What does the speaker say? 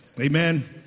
Amen